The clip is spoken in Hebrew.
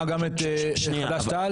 אתה כולל גם את הסכמת חד"ש-תע"ל?